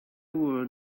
were